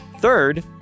Third